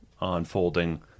unfolding